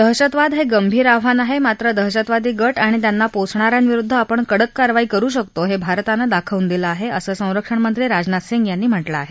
दहशतवाद हे गंभीर आव्हान आहे मात्र दहशतवादी गट आणि त्यांना पोसणाऱ्यांविरुद्ध आपण कडक कारवाई करु शकतो हे भारतानं दाखवून दिलं आहे असं संरक्षणमंत्री राजनाथ सिंह यांनी म्हटलं आहे